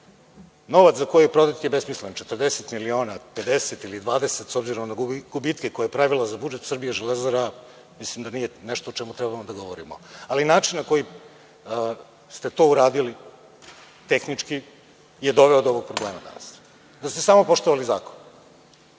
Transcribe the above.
za koji je prodat je besmislen, 40 miliona, 50 ili 20, s obzirom na gubitke koje je pravila za budžet Srbije „Železara“ mislim da nije nešto o čemu treba da govorimo. Ali, način na koji ste to uradili tehnički je doveo do ovog problema danas. Da ste samo poštovali zakon,